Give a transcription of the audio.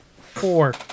Four